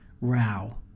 row